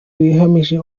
yahamije